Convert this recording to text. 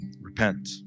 Repent